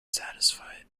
satisfied